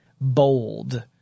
bold